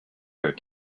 her